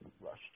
Rushed